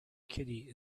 kitty